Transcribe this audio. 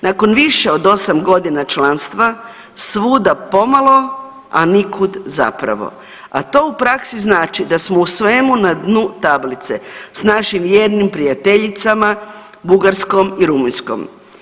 Nakon više od 8.g. članstva svuda pomalo, a nikud zapravo, a to u praksi znači da smo u svemu na dnu tablice s našim vjernim prijateljicama Bugarskom i Rumunjskom.